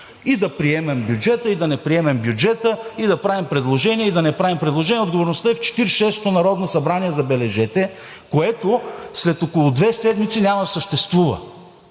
И да приемем бюджета, и да не приемем бюджета, и да правим предложения, и да не правим предложения, отговорността е в Четиридесет и шестото народно събрание, забележете, което след около две седмици няма да съществува.